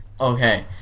Okay